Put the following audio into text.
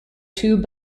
two